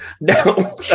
no